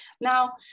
Now